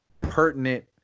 pertinent